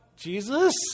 Jesus